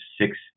six